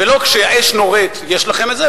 ולא כשהאש נורית יש לכם את זה,